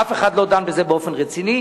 אף אחד לא דן בזה באופן רציני.